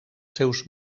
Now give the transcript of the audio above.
seus